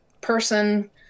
person